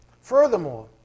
Furthermore